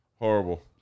Horrible